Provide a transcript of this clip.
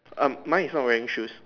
um mine is not wearing shoes